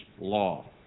law